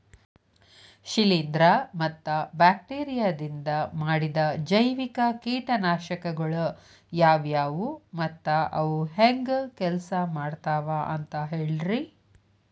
ಶಿಲೇಂಧ್ರ ಮತ್ತ ಬ್ಯಾಕ್ಟೇರಿಯದಿಂದ ಮಾಡಿದ ಜೈವಿಕ ಕೇಟನಾಶಕಗೊಳ ಯಾವ್ಯಾವು ಮತ್ತ ಅವು ಹೆಂಗ್ ಕೆಲ್ಸ ಮಾಡ್ತಾವ ಅಂತ ಹೇಳ್ರಿ?